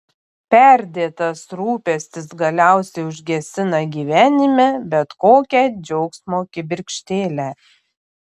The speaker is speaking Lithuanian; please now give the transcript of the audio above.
perdėtas rūpestis galiausiai užgesina gyvenime bet kokią džiaugsmo kibirkštėlę